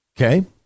Okay